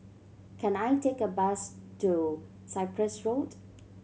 can I take a bus to Cyprus Road